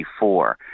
1984